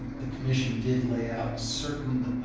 the commission did lay out certain